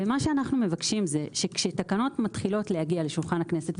ומה שאנחנו מבקשים זה שכשתקנות מתחילות להגיע לשולחן הכנסת,